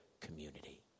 community